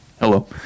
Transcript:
Hello